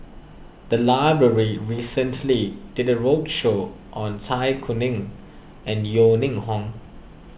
the library recently did a roadshow on Zai Kuning and Yeo Ning Hong